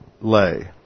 lay